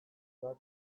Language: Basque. bat